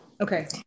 Okay